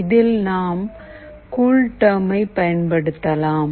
இதில் நாம் கூல்டெர்மை பயன்படுத்தலாம்